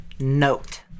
note